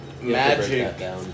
magic